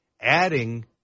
adding